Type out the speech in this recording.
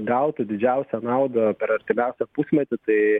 gautų didžiausią naudą per artimiausią pusmetį tai